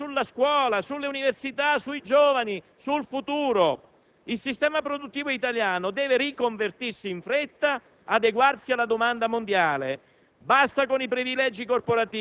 Se è vero che un cinese lavora 3.600 ore, rispetto alle 1.700 di un italiano, e ha una retribuzione 20 volte inferiore, significa che la sfida non è sul costo del lavoro o sul prezzo,